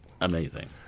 amazing